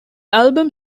album